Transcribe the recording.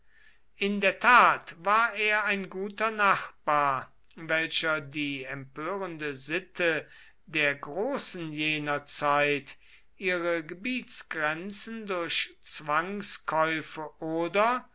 in der tat war er ein guter nachbar welcher die empörende sitte der großen jener zeit ihre gebietsgrenzen durch zwangskäufe oder